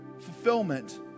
fulfillment